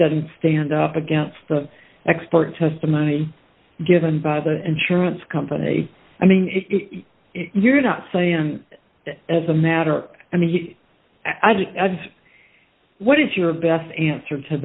doesn't stand up against the expert testimony given by the insurance company i mean if you're not saying that as a matter i mean i just i've what is your best answer to